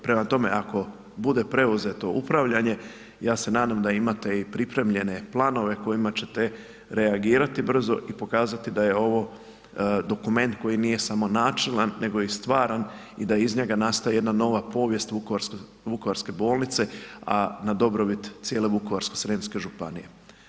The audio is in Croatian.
Prema tome, ako bude preuzeto upravljanje, ja se nadam da imate i pripremljene planove kojima ćete reagirati brzo i pokazati da je ovo dokument koji nije samo načelan nego i stvaran i da iz njega nastaje jedna nova povijest vukovarske bolnice a na dobrobit cijele Vukovarsko-srijemske županije.